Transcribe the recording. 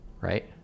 right